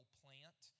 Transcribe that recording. plant